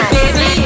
Baby